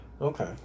Okay